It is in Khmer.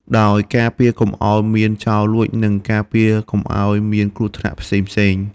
ដោយការពារកុំអោយមានចោរលួច និងការពារកុំអោយមានគ្រោះថ្នាក់ផ្សេងៗ។